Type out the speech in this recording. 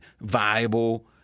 viable